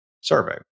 survey